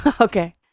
Okay